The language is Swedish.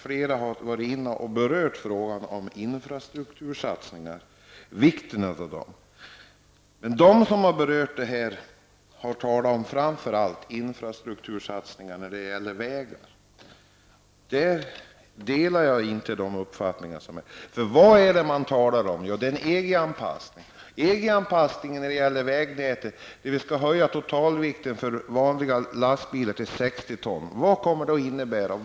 Flera talare har berört frågan om vikten av att det görs infrastruktursatsningar. Framför allt har de talat om satsningar på vägar. Men vad är det man då talar om? Jo, om EG-anpassning av vägnätet, vilket innebär att totalvikten för vanliga lastbilar höjs till 60 ton.